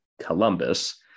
Columbus